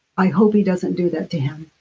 i hope he doesn't do that to him.